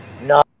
no